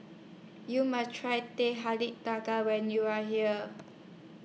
YOU must Try Teh Halia Tarik when YOU Are here